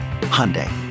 Hyundai